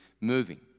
moving